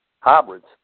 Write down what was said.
hybrids